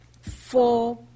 Four